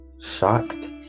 shocked